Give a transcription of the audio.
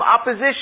opposition